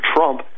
Trump